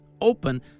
open